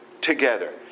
together